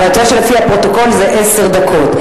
אבל אתה יודע שלפי הפרוטוקול זה עשר דקות.